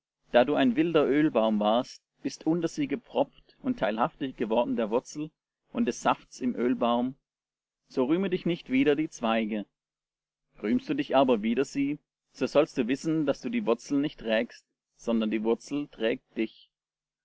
da du ein wilder ölbaum warst bist unter sie gepfropft und teilhaftig geworden der wurzel und des safts im ölbaum so rühme dich nicht wider die zweige rühmst du dich aber wider sie so sollst du wissen daß du die wurzel nicht trägst sondern die wurzel trägt dich